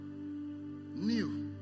New